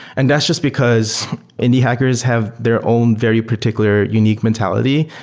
and that's just because indie hackers have their own very particular unique mentality,